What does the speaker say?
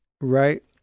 right